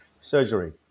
surgery